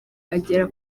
agera